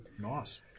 Nice